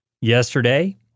Yesterday